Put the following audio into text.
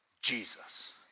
Jesus